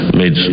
made